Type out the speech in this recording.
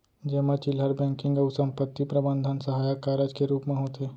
जेमा चिल्लहर बेंकिंग अउ संपत्ति प्रबंधन सहायक कारज के रूप म होथे